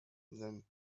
then